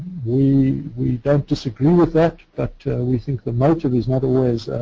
we we don't disagree with that but we think the motive is not always